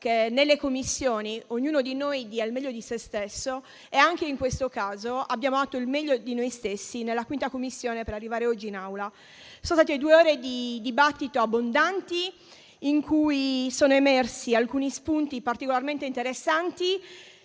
che nelle Commissioni ognuno di noi dia il meglio di sé e anche in questo caso abbiamo dato il meglio di noi stessi in 5a Commissione per arrivare oggi in Aula. Sono state due ore abbondanti di dibattito in cui sono emersi alcuni spunti particolarmente interessanti